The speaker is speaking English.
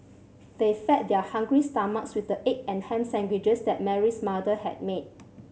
they fed their hungry stomachs with the egg and ham sandwiches that Mary's mother had made